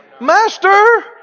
Master